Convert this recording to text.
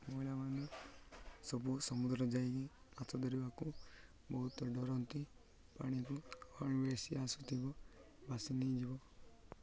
ମହିଳାମାନେ ସବୁ ସମୁଦ୍ର ଯାଇକି ଆସ ଧରିବାକୁ ବହୁତ ଡରନ୍ତି ପାଣିକୁ ହଣ ବେଶି ଆସୁଥିବ ବାସି ନେଇଯିବ